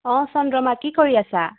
অ' চন্দ্ৰমা কি কৰি আছা